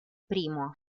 primo